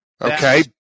Okay